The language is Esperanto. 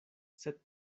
sed